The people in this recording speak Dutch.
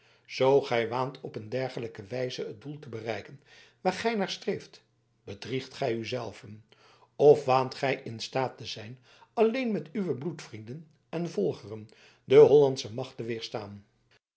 zoo gij waant op een dergelijke wijze het doel te bereiken waar gij naar streeft bedriegt gij u zelven of waant gij in staat te zijn alleen met uwe bloedvrienden en volgeren de hollandsche macht